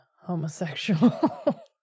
homosexual